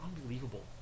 unbelievable